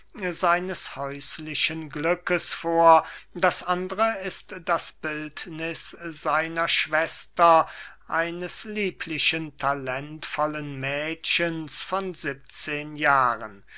seines häuslichen glückes vor das andere ist das bildniß seiner schwester eines lieblichen talentvollen mädchens von siebzehn jahren